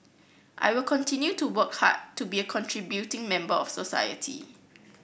I will continue to work hard to be a contributing member of society